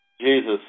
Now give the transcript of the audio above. Jesus